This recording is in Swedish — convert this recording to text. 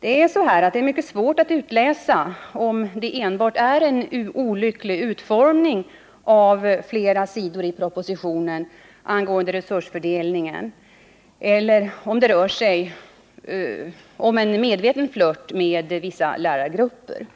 Det är mycket svårt att utläsa om det som anförs om resursfördelningen enbart är en olycklig utformning av flera sidors text i propositionen eller om det rör sig om en medveten flört med vissa lärargrupper.